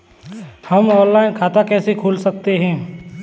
हम ऑनलाइन खाता कैसे खोल सकते हैं?